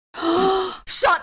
shut